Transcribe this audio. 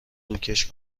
روکش